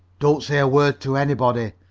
don't say a word to anybody,